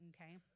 okay